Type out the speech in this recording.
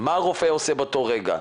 מה הרופא עושה באותו רגע?